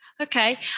Okay